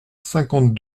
cinquante